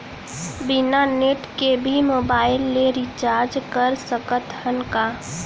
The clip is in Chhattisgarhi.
बिना नेट के भी मोबाइल ले रिचार्ज कर सकत हन का?